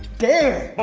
dare? ah,